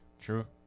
True